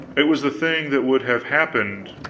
it was the thing that would have happened,